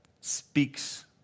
speaks